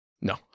No